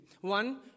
One